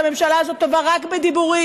שהממשלה הזאת טובה רק בדיבורים.